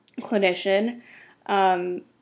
clinician